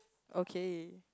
okay